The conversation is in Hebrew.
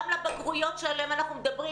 גם לבגרויות שעליהן אנחנו מדברים